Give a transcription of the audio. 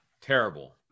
Terrible